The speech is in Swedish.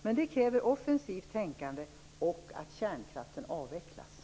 Men det kräver offensivt tänkande och ett avvecklande av kärnkraften.